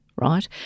Right